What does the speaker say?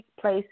place